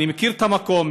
אני מכיר את המקום,